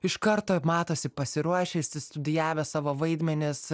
iš karto matosi pasiruošę išstudijavę savo vaidmenis